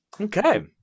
Okay